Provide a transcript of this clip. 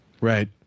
right